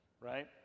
right